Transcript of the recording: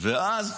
ואז